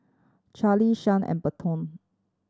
Carlee Shad and Berton